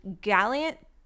gallant